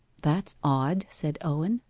that's odd said owen.